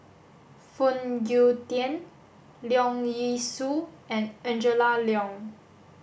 Phoon Yew Tien Leong Yee Soo and Angela Liong